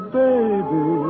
baby